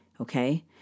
okay